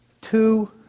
Two